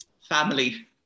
family